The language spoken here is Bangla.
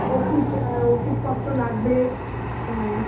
ওষুধ ওষুধপত্র লাগবে হ্যাঁ